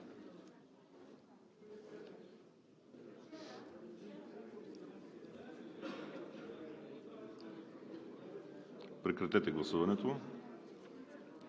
Прекратете гласуването